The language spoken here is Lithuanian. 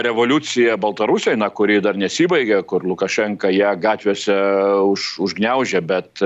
revoliucija baltarusijoj kuri dar nesibaigė kur lukašenka ją gatvėse už užgniaužė bet